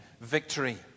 victory